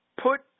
put